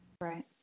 Right